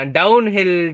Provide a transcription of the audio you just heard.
downhill